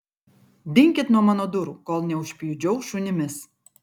dinkit nuo mano durų kol neužpjudžiau šunimis